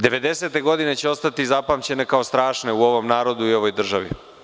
Devedesete godine će ostati zapamćene kao strašne u ovom narodu i u ovoj državi.